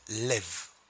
live